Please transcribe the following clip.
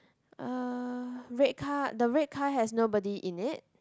uh red car the red car has nobody in it